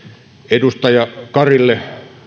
edustaja karille